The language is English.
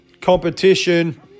competition